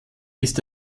ist